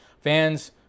fans